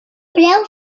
preu